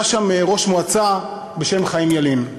היה שם ראש מועצה בשם חיים ילין,